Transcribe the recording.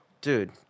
dude